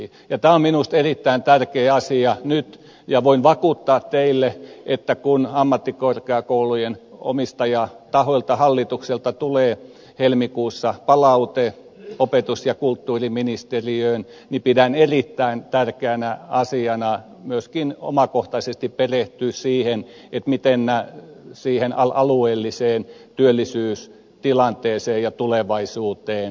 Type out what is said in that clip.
tämä on minusta erittäin tärkeä asia nyt ja voin vakuuttaa teille että kun ammattikorkeakoulujen omistajatahoilta hallituksilta tulee helmikuussa palaute opetus ja kulttuuriministeriöön pidän erittäin tärkeänä asiana myöskin omakohtaisesti perehtyä siihen miten nämä vaikuttavat alueelliseen työllisyystilanteeseen ja tulevaisuuteen